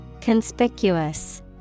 conspicuous